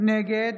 נגד